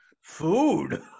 Food